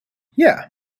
yeah